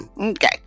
okay